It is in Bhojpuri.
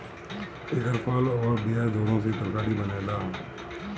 एकर फल अउर बिया दूनो से तरकारी बनेला